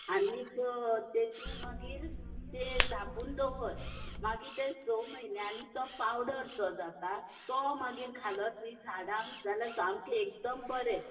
आनीक तितून मागीर तें धांपून दवर मागीर तें स म्हयन्यानी तो पावडर सो जाता तो मागीर घालत नी झाडांक जाल्यार सामके एकदम बरें